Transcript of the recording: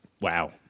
Wow